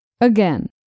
Again